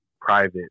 private